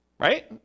Right